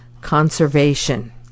conservation